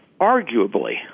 arguably